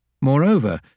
Moreover